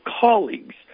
colleagues